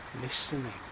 listening